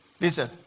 Listen